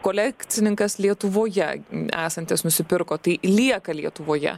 kolekcininkas lietuvoje esantis nusipirko tai lieka lietuvoje